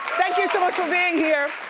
thank you so much for being here.